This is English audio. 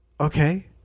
Okay